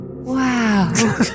Wow